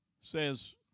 says